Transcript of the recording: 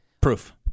proof